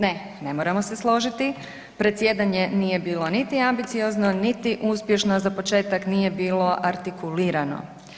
Ne, ne moramo se složiti, predsjedanje nije bilo niti ambiciozno, niti uspješno, za početak nije bilo artikulirano.